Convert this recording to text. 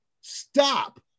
stop